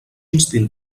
instint